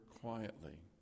quietly